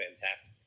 fantastic